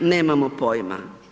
Nemamo pojma.